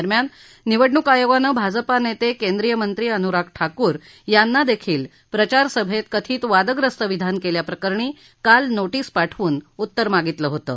दरम्यान निवडणूक आयोगानं भाजपा नेते केंद्रीय मंत्री अनुराग ठाकुर यांना देखील प्रचार सभेत कथीत वादग्रस्त विधान केल्याप्रकरणी काल नोटीस पाठवून उत्तर मागितलं होतं